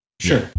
Sure